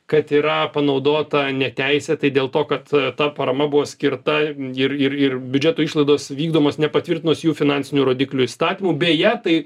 kad yra panaudota neteisėtai dėl to kad ta parama buvo skirta ir ir ir biudžeto išlaidos vykdomos nepatvirtinus jų finansinių rodiklių įstatymų beje tai